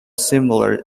similar